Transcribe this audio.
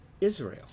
Israel